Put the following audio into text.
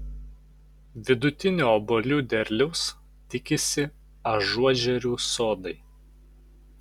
vidutinio obuolių derliaus tikisi ažuožerių sodai